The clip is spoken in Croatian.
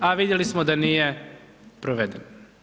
A vidjeli smo da nije proveden.